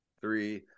three